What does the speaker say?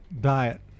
Diet